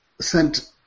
sent